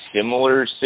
similar